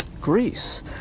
Greece